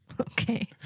Okay